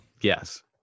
Yes